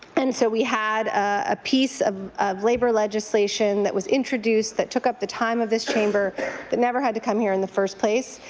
and so we had a piece of of labour legislation that was introduced that took up the time of this chamber that never had to come here in the first place.